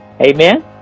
Amen